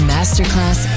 Masterclass